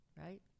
right